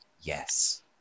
yes